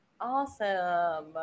Awesome